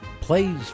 Plays